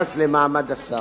ביחס למעמד השר.